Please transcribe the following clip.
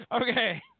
Okay